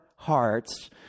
Hearts